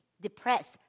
depressed